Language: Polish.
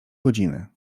godziny